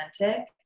authentic